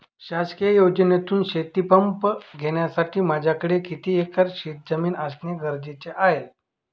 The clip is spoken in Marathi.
शासकीय योजनेतून शेतीपंप घेण्यासाठी माझ्याकडे किती एकर शेतजमीन असणे गरजेचे आहे?